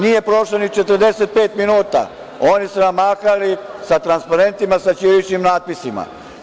Nije prošlo ni 45 minuta, a oni su nam mahali sa transparentima sa ćiriličnim natpisima.